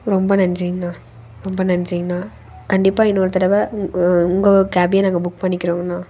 ரொம்ப நன்றிங்கண்ணா ரொம்ப நன்றிண்ணா கண்டிப்பாக இன்னொரு தடவை உங் உங்கள் கேப்பையே நாங்கள் புக் பண்ணிக்கிறோம்ங்கண்ணா